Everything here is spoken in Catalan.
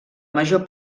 major